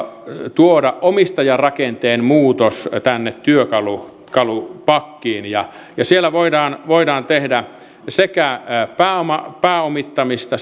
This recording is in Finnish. tuoda omistajarakenteen muutos tänne työkalupakkiin siellä voidaan voidaan tehdä sekä pääomittamista